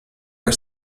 are